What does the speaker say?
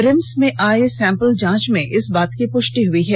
RIMS में आये sample जांच में इस बात की पृष्टि हई है